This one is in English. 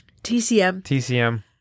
TCM